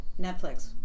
Netflix